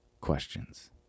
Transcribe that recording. questions